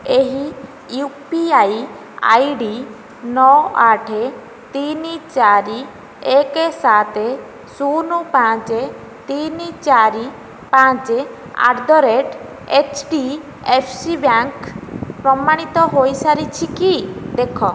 ଏହି U P I ID ନଅ ଆଠ ତିନି ଚାରି ଏକ ସାତ ଶୂନ ପାଞ୍ଚ ତିନି ଚାରି ପାଞ୍ଚ at the rate H D F C bank ପ୍ରମାଣିତ ହୋଇସାରିଛି କି ଦେଖ